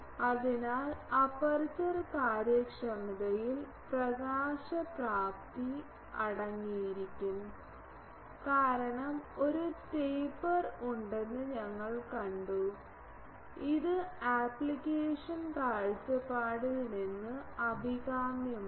അതിനാൽ അപ്പർച്ചർ കാര്യക്ഷമതയിൽ പ്രകാശപ്രാപ്തി അടങ്ങിയിരിക്കും കാരണം ഒരു ടേപ്പർ ഉണ്ടെന്ന് ഞങ്ങൾ കണ്ടു ഇത് അപ്ലിക്കേഷൻ കാഴ്ചപ്പാടിൽ നിന്ന് അഭികാമ്യമാണ്